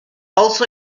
also